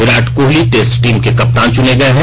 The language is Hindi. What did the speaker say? विराट कोहली टेस्ट टीम के कप्तान चुने गए हैं